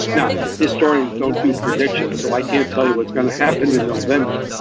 now, historians don't do predictions, so i can't tell you what's going to happen in november.